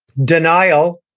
denial.